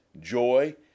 joy